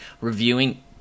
reviewing